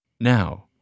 Now